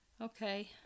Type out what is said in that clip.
Okay